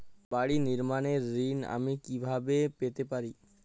বাড়ি নির্মাণের ঋণ আমি কিভাবে পেতে পারি?